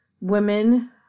women